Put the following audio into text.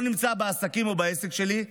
לא נמצא בעסקים או בעסק שלי,